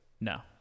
no